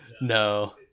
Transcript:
No